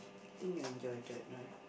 think you enjoyed it right